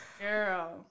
Girl